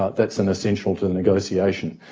ah that's an essential to the negotiation.